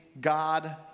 God